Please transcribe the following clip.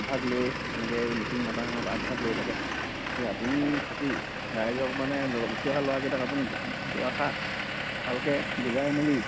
আগভাগ লৈ এনেকে মিটিং মাতাং আগভাগ লৈ থাকে এই আপুনি থাকি ৰাইজক মানে ধৰক উঠি অহা ল'ৰা কেইটাক আপুনি দুই আখৰ ভালকে বুজাই মেলি